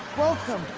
welcome,